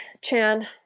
Chan